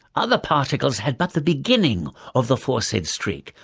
other particles had but the beginning of the foresaid streak,